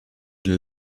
den